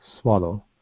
swallow